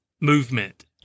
movement